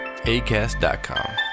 ACAST.COM